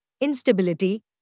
instability